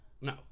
no